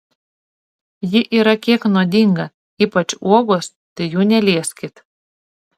ji yra kiek nuodinga ypač uogos tai jų nelieskit